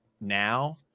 now